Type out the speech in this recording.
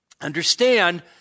understand